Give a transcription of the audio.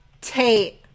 Tate